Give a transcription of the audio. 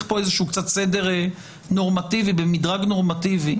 כאן איזשהו סדר נורמטיבי במדרג נורמטיבי.